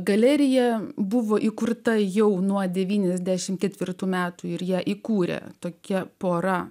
galerija buvo įkurta jau nuo devyniasdešimt ketvirtų metų ir ją įkūrė tokia pora